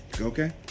okay